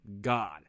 God